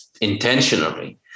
intentionally